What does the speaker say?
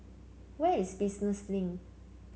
where is Business Link